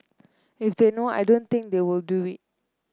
if they know I don't think they will do it